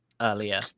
earlier